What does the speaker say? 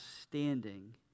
standing